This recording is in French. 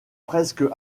presque